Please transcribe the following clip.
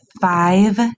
five